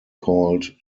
called